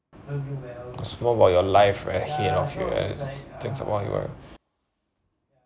what about your life right ahead of you things about your